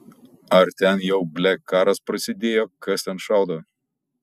ar ten jau ble karas prasidėjo kas ten šaudo